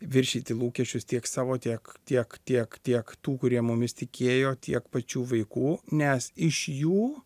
viršyti lūkesčius tiek savo tiek tiek tiek tiek tų kurie mumis tikėjo tiek pačių vaikų nes iš jų